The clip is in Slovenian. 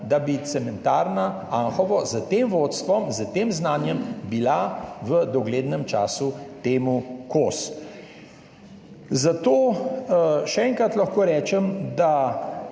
da bi cementarna Anhovo s tem vodstvom, s tem znanjem bila v doglednem času temu kos. Zato še enkrat lahko rečem, da